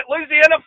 Louisiana